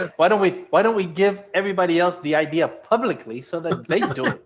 ah why don't we why don't we give everybody else the idea publicly so that they do?